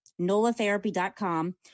NolaTherapy.com